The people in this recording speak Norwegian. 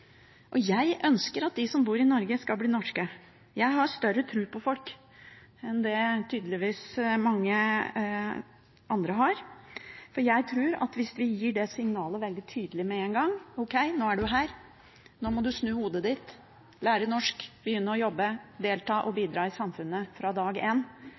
Jeg ønsker at de som bor i Norge, skal bli norske. Jeg har større tro på folk enn det tydeligvis mange andre har. Jeg tror at hvis vi gir det signalet tydelig med en gang, at ok, nå er du her, nå må du snu hodet ditt og lære norsk, begynne å jobbe, delta og bidra i samfunnet fra dag